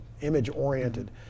image-oriented